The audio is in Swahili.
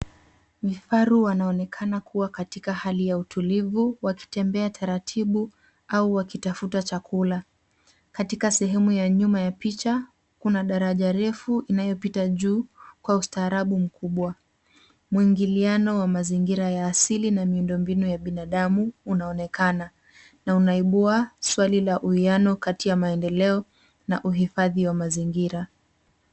Vifaru wanaonekana kuwa katika hali ya utulivu wakitembea taratibu au wakitafuta chakula. Katika sehemu ya nyuma ya picha kuna daraja refu inayopita juu kwa ustaarabu mkubwa. Mwingiliano wa mazingira ya asili na miundombinu ya binadamu unaonekana na unaibua swali la uwiano kati ya maendeleo na uhifadhi wa mazingira.